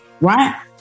Right